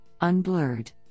unblurred